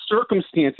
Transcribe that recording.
circumstances